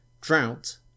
drought